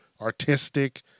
artistic